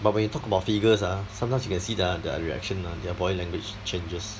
but when you talk about figures ah sometimes you can see the their reaction ah their body language changes